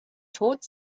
tod